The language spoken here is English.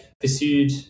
pursued